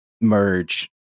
merge